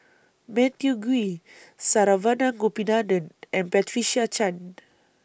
Matthew Ngui Saravanan Gopinathan and Patricia Chan